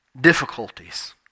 difficulties